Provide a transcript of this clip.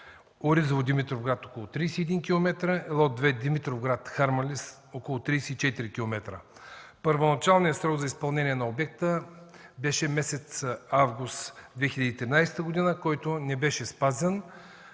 „Оризово – Димитровград” около 31 км; лот 2 „Димитровград – Харманли” около 34 км. Първоначалният срок за изпълнение на обекта беше месец август 2013 г., който не беше спазен.